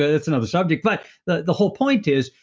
but that's another subject. but the the whole point is,